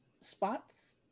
spots